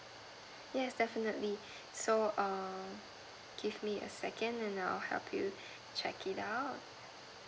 yes definitely so err give me a second and I'll help you check it out